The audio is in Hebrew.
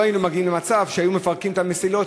לא היינו מגיעים למצב שהיו מפרקים את המסילות